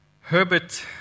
Herbert